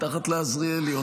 מתחת לעזריאלי.